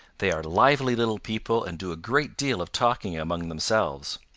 they are lively little people and do a great deal of talking among themselves.